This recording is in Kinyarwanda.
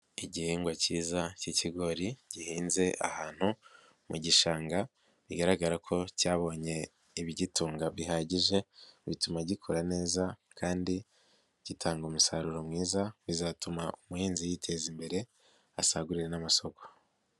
Igihingwa cyiza cy'ikigori gihinze ahantu mu gishanga bigaragara ko cyabonye ibigitunga bihagije bituma gikora neza kandi gitanga umusaruro mwiza bizatuma umuhinzi yiteza imbere asagurira n'amasoko.